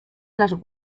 las